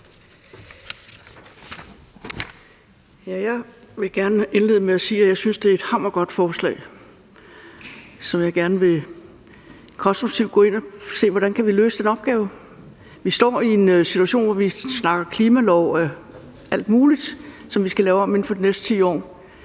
Jeg vil gerne indlede med at sige, at jeg synes, det er et hammergodt forslag, og jeg vil gerne konstruktivt gå ind og se, hvordan vi kan løse den opgave. Vi står i en situation, hvor vi snakker klimalov og alt muligt, som vi skal lave om inden for de næste 10 år,